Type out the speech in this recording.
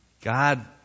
God